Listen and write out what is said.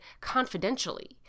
confidentially